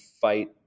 fight